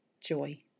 joy